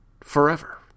forever